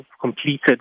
completed